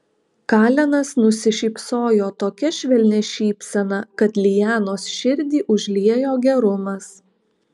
kalenas nusišypsojo tokia švelnia šypsena kad lianos širdį užliejo gerumas